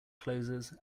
closes